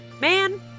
Man